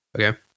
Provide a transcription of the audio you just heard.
Okay